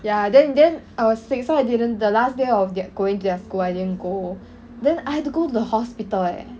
ya then then I was sick so I didn't the last day of they're going their school I didn't go then I had to go to the hospital eh